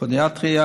פודיאטריה,